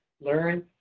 learn